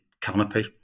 canopy